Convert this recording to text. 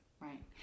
Right